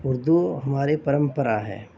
اردو ہماری پرمپرا ہے